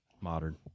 Modern